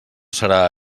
serà